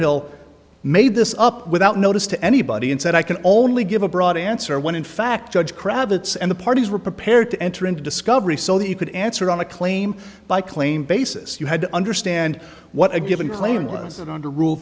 hill made this up without notice to anybody and said i can only give a broad answer when in fact judge cravats and the parties were prepared to enter into discovery so that you could answer on a claim by claim basis you had to understand what a given plane was and under rule